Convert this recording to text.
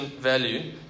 value